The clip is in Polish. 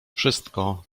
wszystko